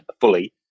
fully